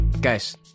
Guys